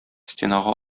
стенага